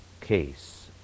case